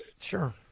Sure